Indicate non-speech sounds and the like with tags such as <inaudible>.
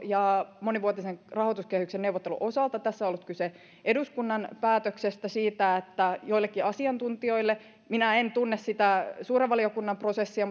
ja monivuotisen rahoituskehyksen neuvottelun osalta tässä on ollut kyse eduskunnan päätöksestä siitä että joillekin asiantuntijoille minä en tunne sitä suuren valiokunnan prosessia <unintelligible>